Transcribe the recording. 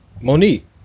Monique